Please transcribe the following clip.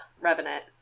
revenant